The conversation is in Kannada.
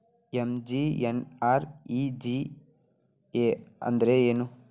ಎಂ.ಜಿ.ಎನ್.ಆರ್.ಇ.ಜಿ.ಎ ಅಂದ್ರೆ ಏನು?